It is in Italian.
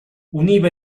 univa